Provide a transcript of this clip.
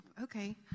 Okay